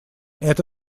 это